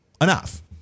enough